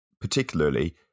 particularly